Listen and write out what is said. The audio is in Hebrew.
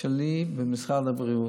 שלי במשרד הבריאות.